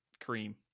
cream